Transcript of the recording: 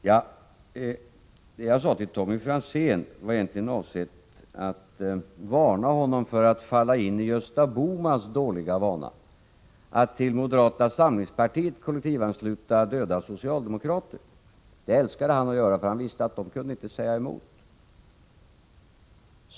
Vad jag sade till Tommy Franzén var avsett att varna honom för att falla in i Gösta Bohmans dåliga vana att till moderata samlingspartiet kollektivansluta döda socialdemokrater. Det älskade han att göra, för han visste att de inte kunde säga emot.